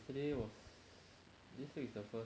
yesterday was this week is the first week of school